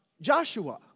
Joshua